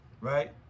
right